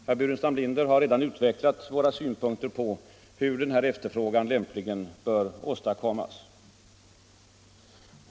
Herr Burenstam Linder har redan utvecklat våra synpunkter på hur den här efterfrågan lämpligen bör åstadkommas. Herr talman!